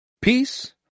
peace